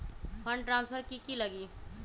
Fund transfer कि की लगी?